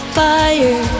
fire